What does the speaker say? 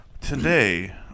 Today